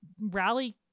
rally